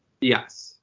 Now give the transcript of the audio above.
Yes